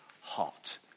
hot